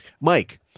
Mike